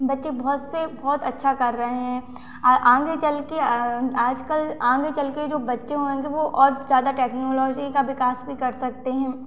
बच्चे बहुत से बहुत अच्छे पढ़ रहे हैं आगे चलकर आजकल आगे चलकर जो बच्चे होंगे वह और ज़्यादा टेक्नोलॉजी का विकास भी कर सकते हैं